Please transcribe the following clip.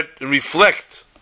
reflect